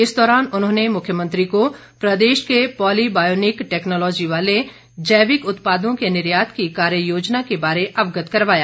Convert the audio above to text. इस दौरान उन्होंने मुख्यमंत्री को प्रदेश के पॉलिबायोनिक टैक्नोलॉजी वाले जैविक उत्पादों के निर्यात की कार्य योजना के बारे अवगत करवाया